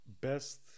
best